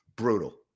brutal